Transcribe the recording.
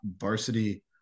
varsity